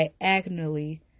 diagonally